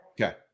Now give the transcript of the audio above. Okay